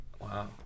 Wow